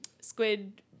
squid